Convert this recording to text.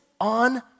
on